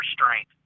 restraint